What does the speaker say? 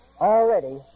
already